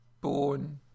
born